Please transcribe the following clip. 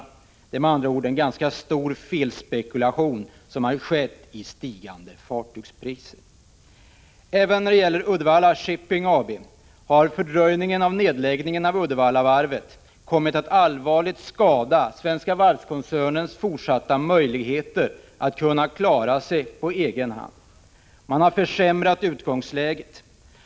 Med andra ord har man gjort en ganska stor felspekulation, i hopp om stigande fartygspriser. När det gäller Uddevalla Shipping AB har fördröjningen av nedläggningen av Uddevallavarvet kommit att allvarligt skada Svenska Varv-koncernens möjligheter att i fortsättningen klara sig på egen hand. Man har försämrat utgångsläget.